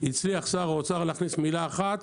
הצליח שר האוצר להכניס מילה אחת,